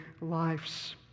lives